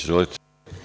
Izvolite.